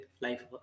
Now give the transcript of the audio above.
life